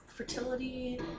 Fertility